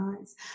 eyes